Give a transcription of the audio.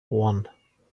one